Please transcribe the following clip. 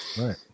right